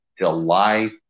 July